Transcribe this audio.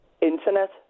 Internet